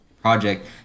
project